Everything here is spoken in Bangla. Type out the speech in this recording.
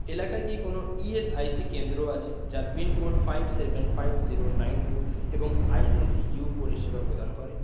এলাকায় কি কোনও ই এস আই সি কেন্দ্র আছে যার pin code five seven five zero nine two এবং আই সি সি ইউ পরিষেবা প্রদান করে